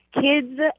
kids